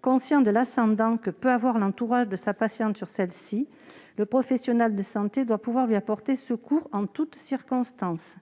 Conscient de l'ascendant que peut avoir l'entourage de sa patiente sur celle-ci, le professionnel de santé doit pouvoir lui porter secours en toute circonstance.